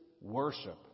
worship